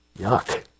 yuck